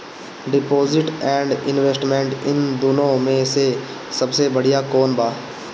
Deposit and investment इन दुनो मे से सबसे बड़िया कौन बा?